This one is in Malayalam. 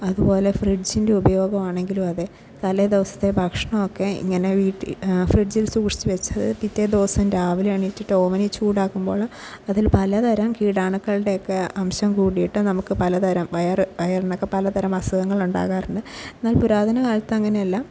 അതുപോലെ ഫ്രിഡ്ജിൻ്റെ ഉപയോഗമാണെങ്കിലും അതെ തലേ ദിവസത്തെ ഭക്ഷണമൊക്കെ ഇങ്ങനെ വീട്ടിൽ ഫ്രിഡ്ജിൽ സൂക്ഷിച്ചു വച്ച് പിറ്റേദിവസം രാവിലെ എണീറ്റിട്ട് ഓവനിൽ ചൂടാക്കുമ്പോൾ അതിൽ പലതരം കീടാണുക്കളുടെയൊക്കെ അംശം കൂടിയിട്ട് നമുക്ക് പലതരം വയർ വയറിനൊക്കെ പലതരം അസുഖങ്ങൾ ഉണ്ടാകാറുണ്ട് എന്നാൽ പുരാതനകാലത്ത് അങ്ങനെയല്ല